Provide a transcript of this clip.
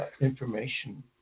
information